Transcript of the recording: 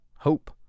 Hope